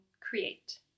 create